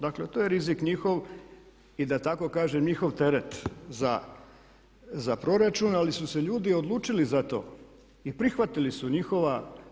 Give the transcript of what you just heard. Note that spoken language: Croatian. Dakle, to je rizik njihov i da tako kažem njihov teret za proračune ali su se ljudi odlučili za to i prihvatili su.